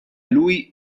lui